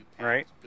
Right